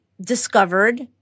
discovered